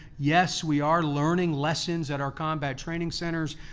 yes, we are learning lessons at our combat training centers,